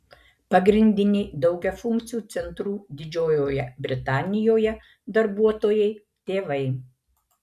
pagrindiniai daugiafunkcių centrų didžiojoje britanijoje darbuotojai tėvai